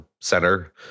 center